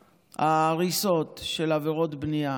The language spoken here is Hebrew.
ההריסות של עבירות בנייה